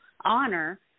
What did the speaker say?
honor